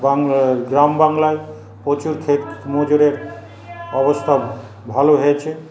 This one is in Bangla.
বাং গ্রাম গ্রামবাংলায় প্রচুর ক্ষেতমজুরের অবস্থা ভালো হয়েছে